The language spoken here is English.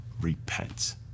repent